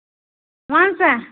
وَن سا